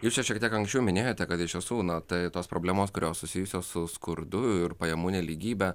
jūs čia šiek tiek anksčiau minėjote kad iš visų na tai tos problemos kurios susijusios su skurdu ir pajamų nelygybe